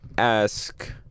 ask